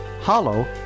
Hollow